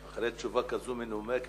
אחרי תשובה כזאת מנומקת,